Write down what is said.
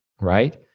right